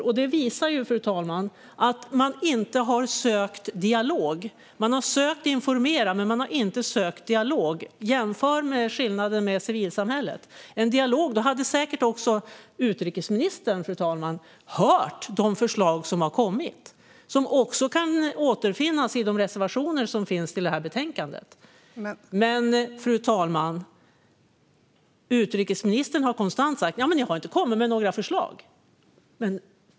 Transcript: Detta visar att man har informerat men inte sökt en dialog. Jämför med civilsamhället! I en dialog hade utrikesministern hört de förslag som kom och som också återfinns i de reservationer som finns i betänkandet. Fru talman! Utrikesministern säger konstant att vi inte har kommit med några förslag.